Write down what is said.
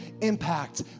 impact